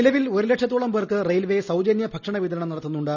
നിലവിൽ ഒരു ലക്ഷത്തോളം പേർക്ക് റെയിൽവേ സൌജന്യ ഭക്ഷണ വിതരണം നടത്തുന്നുണ്ട്